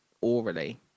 orally